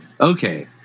Okay